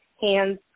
hands